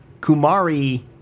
Kumari